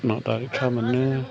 ना दारखा मोनो